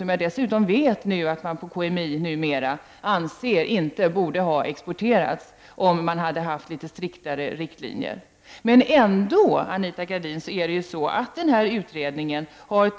Jag vet dessutom att man på KMI numera anser att dessa inte borde ha exporterats, om man hade haft litet striktare riktlinjer. Ändå är det så, Anita Gradin, att denna utredning har